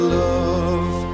love